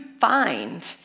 find